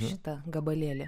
šitą gabalėlį